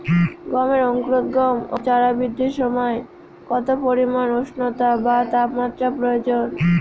গমের অঙ্কুরোদগম ও চারা বৃদ্ধির সময় কত পরিমান উষ্ণতা বা তাপমাত্রা প্রয়োজন?